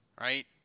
right